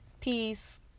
Peace